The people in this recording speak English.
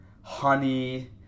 honey